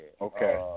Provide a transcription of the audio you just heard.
Okay